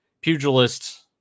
pugilist